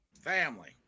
Family